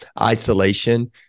isolation